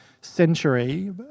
Century